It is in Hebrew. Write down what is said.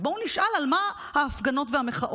אז בואו נשאל על מה ההפגנות והמחאות.